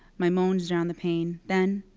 my moans drown the pain. then,